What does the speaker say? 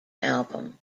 album